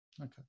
Okay